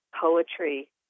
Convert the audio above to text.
poetry